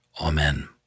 Amen